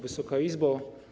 Wysoka Izbo!